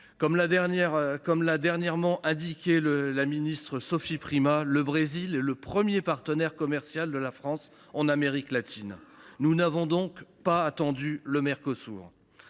Comme l’a dernièrement indiqué la ministre Sophie Primas, le Brésil est le premier partenaire commercial de la France en Amérique latine. Nous n’avons donc pas attendu le Mercosur.